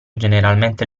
generalmente